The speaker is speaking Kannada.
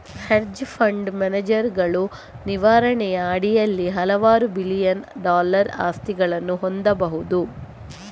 ಹೆಡ್ಜ್ ಫಂಡ್ ಮ್ಯಾನೇಜರುಗಳು ನಿರ್ವಹಣೆಯ ಅಡಿಯಲ್ಲಿ ಹಲವಾರು ಬಿಲಿಯನ್ ಡಾಲರ್ ಆಸ್ತಿಗಳನ್ನು ಹೊಂದಬಹುದು